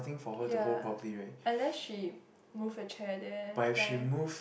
ya unless she move a chair there climb